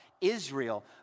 Israel